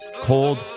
cold